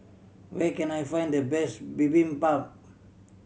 where can I find the best Bibimbap